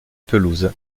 pelouse